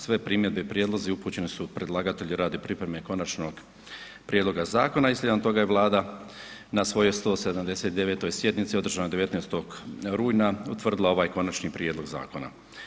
Sve primjedbe i prijedlozi upućene su predlagatelju radi pripreme konačnog prijedloga zakona i slijedom toga je Vlada na svojoj 179. sjednici održanoj 19. rujna utvrdila ovaj konačni prijedlog zakona.